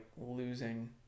losing